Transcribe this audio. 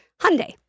Hyundai